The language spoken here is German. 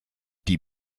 die